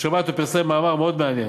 בשבת הוא פרסם מאמר מאוד מעניין.